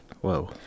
Whoa